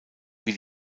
wie